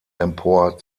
empor